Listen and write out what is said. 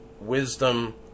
wisdom